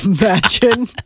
imagine